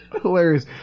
hilarious